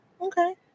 okay